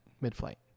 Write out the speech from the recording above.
mid-flight